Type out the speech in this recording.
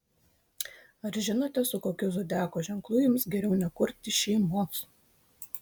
ar žinote su kokiu zodiako ženklu jums geriau nekurti šeimos